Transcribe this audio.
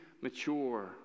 mature